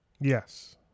Yes